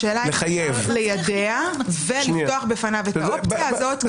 השאלה אם ליידע ולפתוח בפניו את האופציה הזו.